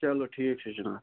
چلو ٹھیٖک چھُ جِناب